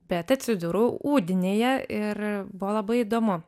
bet atsidūriau udinėje ir buvo labai įdomu